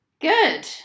Good